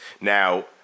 Now